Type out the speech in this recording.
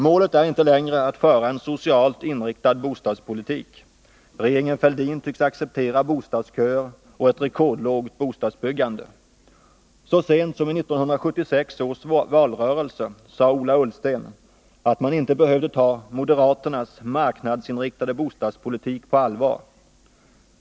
Målet är inte längre att föra en socialt inriktad bostadspolitik. Regeringen Fälldin tycks acceptera bostadsköer och ett rekordlågt bostadsbyggande. Så sent som i 1976 års valrörelse sade Ola Ullsten att man inte behövde ta moderaternas marknadsinriktade bostadspolitik på allvar.